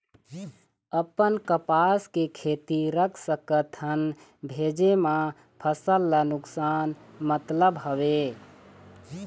अपन कपास के खेती रख सकत हन भेजे मा फसल ला नुकसान मतलब हावे?